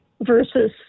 versus